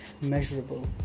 measurable